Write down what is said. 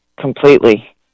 Completely